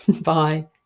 bye